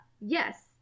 Yes